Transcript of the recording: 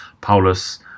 Paulus